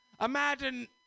Imagine